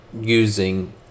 using